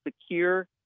secure